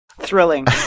Thrilling